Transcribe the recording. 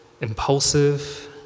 impulsive